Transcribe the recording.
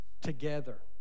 together